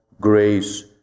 grace